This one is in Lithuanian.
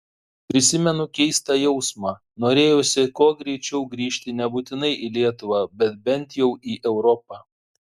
prisimenu keistą jausmą norėjosi kuo greičiau grįžti nebūtinai į lietuvą bet bent jau į europą